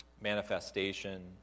manifestation